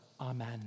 Amen